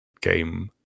game